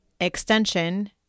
extension